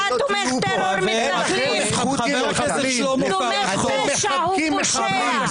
אתה תומך טרור מתנחלים, תומך פשע, הוא פושע.